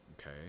okay